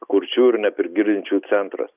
kurčių ir neprigirdinčiųjų centras